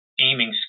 aiming